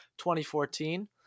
2014